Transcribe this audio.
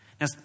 Now